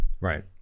right